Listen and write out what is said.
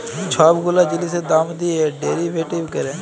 ছব গুলা জিলিসের দাম দিঁয়ে ডেরিভেটিভ ক্যরে